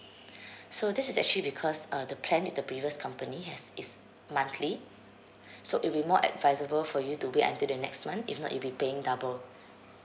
so this is actually because uh the plan in the previous company has is monthly so it'd be more advisable for you to wait until the next month if not you'll be paying double